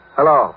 Hello